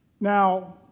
Now